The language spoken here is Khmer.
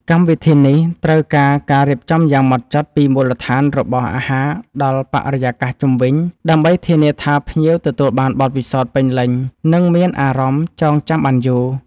កម្មវិធីនេះត្រូវការការរៀបចំយ៉ាងម៉ត់ចត់ពីមូលដ្ឋានរបស់អាហារដល់បរិយាកាសជុំវិញដើម្បីធានាថាភ្ញៀវទទួលបានបទពិសោធន៍ពេញលេញ និងមានអារម្មណ៍ចងចាំបានយូរ។